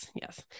Yes